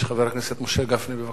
חבר הכנסת משה גפני, בבקשה.